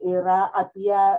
yra apie